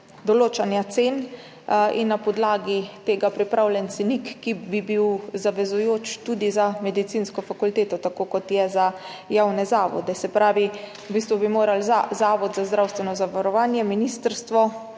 določanja cen in na podlagi tega pripravljen cenik, ki bi bil zavezujoč tudi za Medicinsko fakulteto, tako kot je za javne zavode. Se pravi, v bistvu bi morali Zavod za zdravstveno zavarovanje Slovenije, ministrstvo